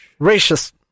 Racist